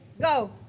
go